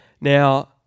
Now